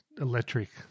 electric